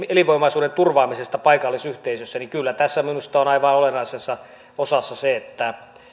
elinvoimaisuuden turvaamisesta paikallisyhteisössä niin kyllä tässä minusta on aivan olennaisessa osassa se että